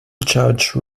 judge